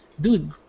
Dude